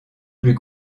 plus